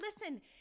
Listen